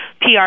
PR